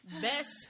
Best